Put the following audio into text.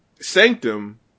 sanctum